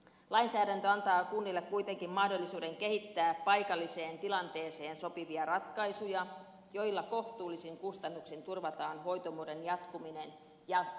lainsäädäntö antaa kunnille kuitenkin mahdollisuuden kehittää paikalliseen tilanteeseen sopivia ratkaisuja joilla kohtuullisin kustannuksin turvataan hoitomuodon jatkuminen ja kehittyminen